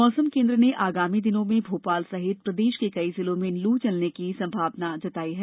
मौसम केन्द्र ने आगामी दिनों में भोपाल सहित प्रदेश के कई जिलों में लू चलने की संभावना भी बताई है